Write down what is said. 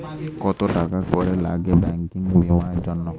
কত টাকা করে লাগে ব্যাঙ্কিং বিমার জন্য?